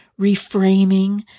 reframing